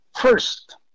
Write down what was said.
First